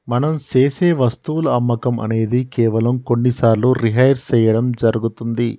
మనం సేసె వస్తువుల అమ్మకం అనేది కేవలం కొన్ని సార్లు రిహైర్ సేయడం జరుగుతుంది